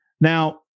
Now